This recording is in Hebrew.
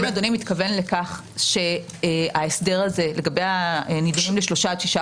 האם אדוני מתכוון לכך שההסדר הזה לגבי הנדונים לשלושה עד שישה